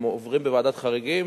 הם עוברים בוועדת חריגים